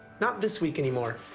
not this week anymore,